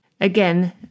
Again